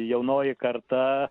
jaunoji karta